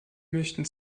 möchten